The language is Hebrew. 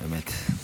אמת.